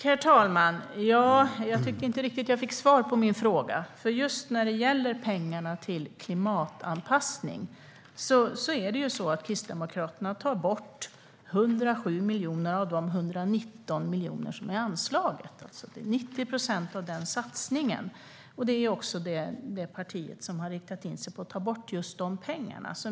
Herr talman! Jag tyckte inte att jag fick något riktigt svar på min fråga. Just när det gäller pengarna till klimatanpassning tar Kristdemokraterna bort 107 miljoner av de 119 miljoner som är anslagna. Det är 90 procent av den satsningen. Det är detta parti som har riktat in sig på att ta bort just dessa pengar.